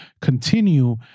continue